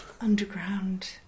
underground